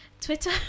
twitter